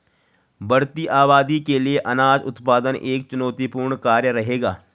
बढ़ती आबादी के लिए अनाज उत्पादन एक चुनौतीपूर्ण कार्य रहेगा